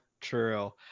true